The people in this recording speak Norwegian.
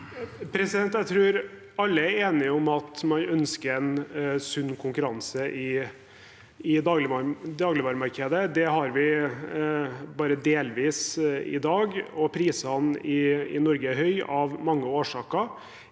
Jeg tror alle er enige om at man ønsker en sunn konkurranse i dagligvaremarkedet. Det har vi bare delvis i dag, og prisene i Norge er høye av mange årsaker.